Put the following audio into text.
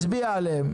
מצביע עליהם,